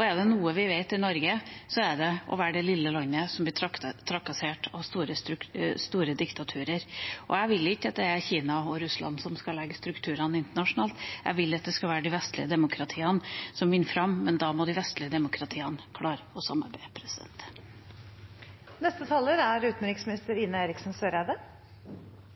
Er det noe vi kjenner til i Norge, er det å være det lille landet som blir trakassert av store diktaturer. Jeg vil ikke at Kina og Russland skal legge strukturene internasjonalt, jeg vil at det skal være de vestlige demokratiene som vinner fram, men da må de vestlige demokratiene klare å samarbeide. Norges viktigste utenrikspolitiske interesse er